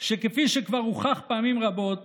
כפי שהוכח פעמים רבות